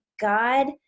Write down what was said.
God